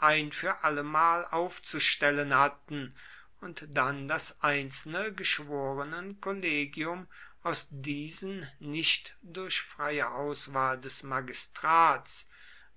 ein für allemal aufzustellen hatten und dann das einzelne geschworenenkollegium aus diesen nicht durch freie auswahl des magistrats